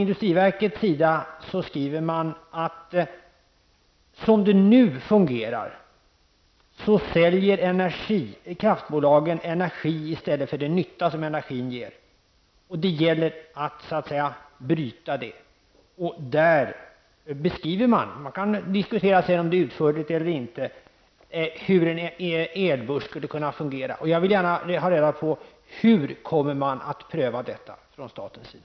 Industriverket skriver att som det nu fungerar säljer kraftbolagen energi i stället för den nytta som energin ger. Det gäller att bryta det, och där beskriver man -- man kan diskutera om det är utförligt eller inte -- hur en elbörs skulle kunna fungera. Jag vill gärna ha reda på hur man kommer att pröva detta från statens sida.